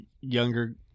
younger